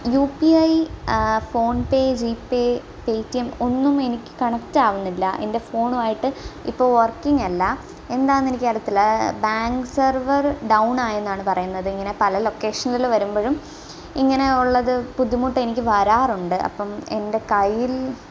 U P I PhonePe G Pay Paytm ഒന്നും എനിക്ക് കണക്റ്റാകുന്നില്ല എൻ്റെ ഫോണുമായിട്ട് ഇപ്പോൾ വർക്കിങ്ങല്ല എന്താണെന്ന് എനിക്കറിയത്തില്ല ബാങ്ക് സർവർ ഡൗണായെന്നാണ് പറയുന്നത് ഇങ്ങനെ പല ലൊക്കേഷനിൽ വരുമ്പോഴും ഇങ്ങനെ ഉള്ളത് ബുദ്ധിമുട്ടെനിക്ക് വരാറുണ്ട് അപ്പം എൻ്റെ കയ്യിൽ